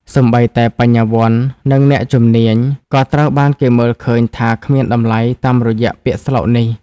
សូម្បីតែបញ្ញវន្ត និងអ្នកជំនាញ ក៏ត្រូវបានគេមើលឃើញថាគ្មានតម្លៃតាមរយៈពាក្យស្លោកនេះ។